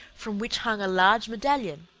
from which hung a large medallion.